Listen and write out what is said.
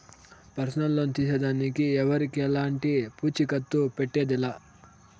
personal loan తీసేదానికి ఎవరికెలంటి పూచీకత్తు పెట్టేదె లా